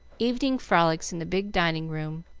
evening frolics in the big dining-room,